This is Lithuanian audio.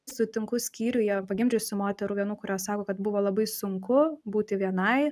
sutinku skyriuje pagimdžiusių moterų vienų kurios sako kad buvo labai sunku būti vienai